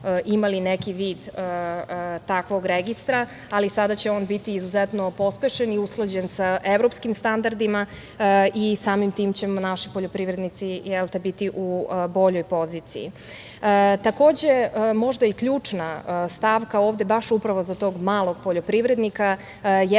imali neki vid takvog registra, ali sada će on biti izuzetno pospešen i usklađen sa evropskim standardima i samim tim će naši poljoprivrednici biti u boljoj poziciji. Takođe, možda i ključna stavka ovde, baš upravo za tog malog poljoprivrednika,